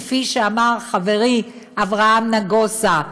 כפי שאמר חברי אברהם נגוסה.